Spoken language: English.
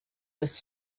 was